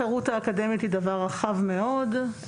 החירות האקדמית היא דבר רחב מאוד.